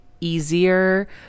easier